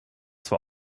zwar